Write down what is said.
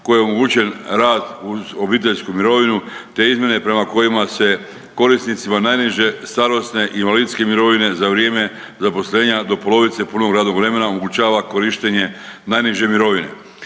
koje omogućuju rad uz obiteljsku mirovinu, te izmjene prema kojima se korisnicima najniže starosne invalidske mirovine za vrijeme zaposlenja do polovice punog radnog vremena omogućava korištenje najniže mirovine.